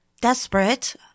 Desperate